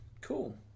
cool